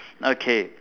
okay